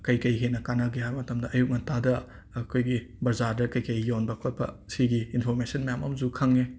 ꯀꯔꯤ ꯀꯔꯤ ꯍꯦꯟꯅ ꯀꯥꯟꯅꯒꯦ ꯍꯥꯏꯕ ꯃꯇꯝꯗ ꯑꯌꯨꯛ ꯉꯟꯇꯥꯗ ꯑꯩꯈꯣꯏꯒꯤ ꯕꯖꯥꯔꯗ ꯀꯔꯤ ꯀꯔꯤ ꯌꯣꯟꯕ ꯈꯣꯠꯄ ꯁꯤꯒꯤ ꯏꯟꯐꯣꯃꯦꯁꯟ ꯃꯌꯥꯝ ꯑꯃꯁꯨ ꯈꯪꯉꯦ